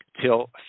till